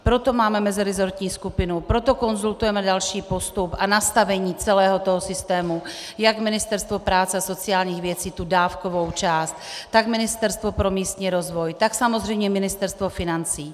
Proto máme mezirezortní skupinu, proto konzultujeme další postup a nastavení celého toho systému, jak Ministerstvo práce a sociálních věcí tu dávkovou část, tak Ministerstvo pro místní rozvoj, tak samozřejmě Ministerstvo financí.